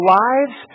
lives